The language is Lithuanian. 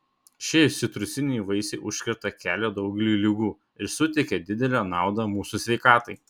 šie citrusiniai vaisiai užkerta kelią daugeliui ligų ir suteikia didelę naudą mūsų sveikatai